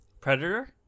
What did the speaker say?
predator